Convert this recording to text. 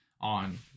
on